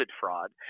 fraud